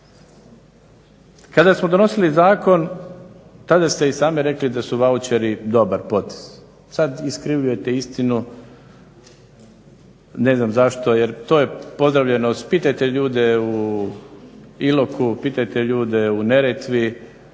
Kada smo donosili zakon tada ste i sami rekli da su vaučeri dobar potez, sad iskrivljujete istinu. Ne znam zašto, jer to je pozdravljeno, pitajte ljude u Iloku, pitajte ljude u Neretvi,